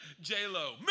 J-Lo